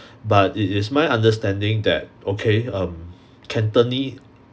but it is my understanding that okay um cantone~